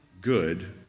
good